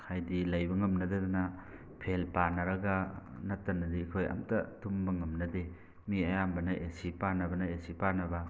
ꯍꯥꯏꯗꯤ ꯂꯩꯕ ꯉꯝꯅꯗꯗꯅ ꯐꯦꯟ ꯄꯥꯟꯅꯔꯒ ꯅꯠꯇꯅꯗꯤ ꯑꯩꯈꯣꯏ ꯑꯝꯇ ꯇꯨꯝꯕ ꯉꯝꯅꯗꯦ ꯃꯤ ꯑꯌꯥꯝꯕꯅ ꯑꯦꯁꯤ ꯄꯥꯟꯅꯕꯅ ꯑꯦꯁꯤ ꯄꯥꯟꯅꯕ